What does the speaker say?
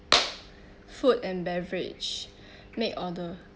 food and beverage make order